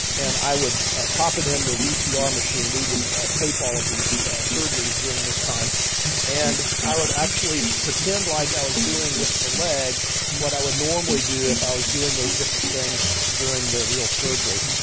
and i would pop it in the vcr machine we would ah tape all of these surgeries during this time and i would actually pretend like i was doing with the leg what i would normally do if i was doing those different things during the real surgery.